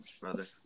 brother